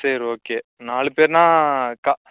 சரி ஓகே நாலு பேருன்னா கா